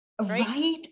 Right